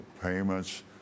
payments